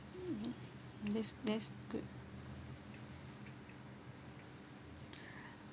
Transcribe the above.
mm that's that's good